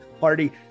party